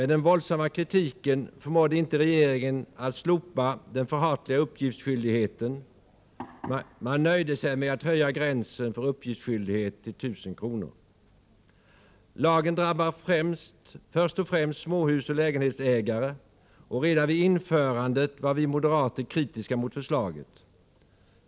Den våldsamma kritiken förmådde inte regeringen att slopa den förhatliga uppgiftsskyldigheten, utan man nöjde sig med att höja gränsen för uppgiftsskyldighet till 1 000 kr. Lagen drabbar först och främst småhusoch lägenhetsägare, och redan vid införandet var vi moderater kritiska mot förslaget.